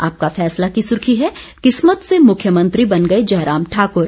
आपका फैसला की सुर्खी है किस्मत से मुख्यमंत्री बन गए जयराम ठाकुर